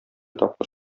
тапкыр